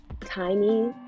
tiny